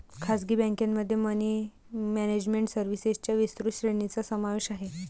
खासगी बँकेमध्ये money management सर्व्हिसेसच्या विस्तृत श्रेणीचा समावेश आहे